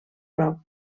prop